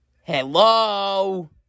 Hello